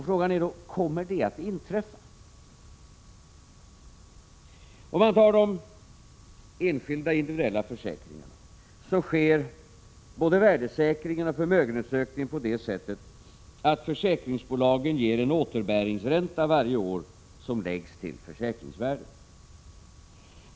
Frågan är då: Kommer detta att inträffa? Prot. 1986/87:48 För de enskilda individuella försäkringarna gäller att både värdesäkringen 12 december 1986 och förmögenhetsökningen sker på det sättet att försäkringsbolagen varje år ger en återbäringsränta som läggs till försäkringsvärdet.